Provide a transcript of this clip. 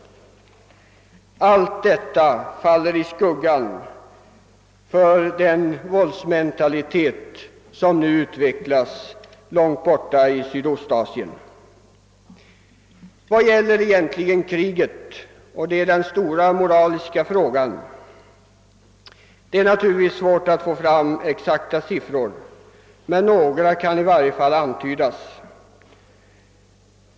Allt detta faller i skuggan för den våldsmentalitet som nu utvecklas i Sydostasien. Vad gäller egentligen kriget? Det är den stora moraliska frågan. Det är naturligtvis svårt att få fram exakta siffror, men några kan i varje fall antydas.